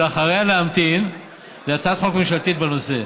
ואחריה להמתין להצעת חוק ממשלתית בנושא.